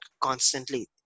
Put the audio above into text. constantly